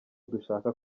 dushaka